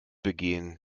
begehen